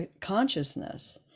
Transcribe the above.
consciousness